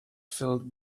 filled